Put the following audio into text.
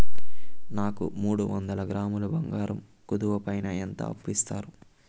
నాకు మూడు వందల గ్రాములు బంగారం కుదువు పైన ఎంత అప్పు ఇస్తారు?